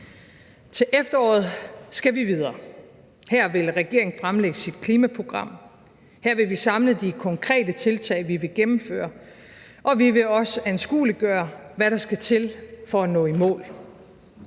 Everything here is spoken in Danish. Til efteråret skal vi videre. Her vil regeringen fremlægge sit klimaprogram; her vil vi samle de konkrete tiltag, vi vil gennemføre, og vi vil også anskueliggøre, hvad der skal til for at nå i mål.